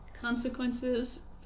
Consequences